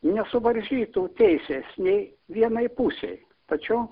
nesuvaržytų teisės nei vienai pusei tačiau